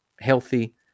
healthy